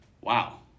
wow